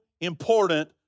important